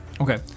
Okay